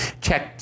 check